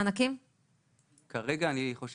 תמיכה משמעותם כסף שהוא צבוע והוא ייעודי אך ורק לטיפול